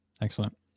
Excellent